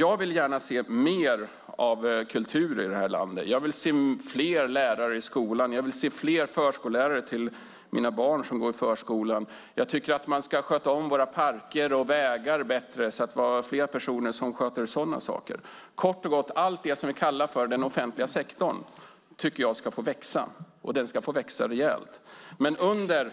Jag vill gärna se mer av kultur i det här landet. Jag vill se fler lärare i skolan. Jag vill se fler förskollärare till mina barn som går i förskolan. Jag tycker att våra parker och vägar ska skötas bättre, att vi ska ha fler personer som sköter om sådant. Kort och gott tycker jag att allt som vi kallar för den offentliga sektorn ska få växa, och den ska få växa rejält. Men under